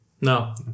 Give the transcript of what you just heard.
No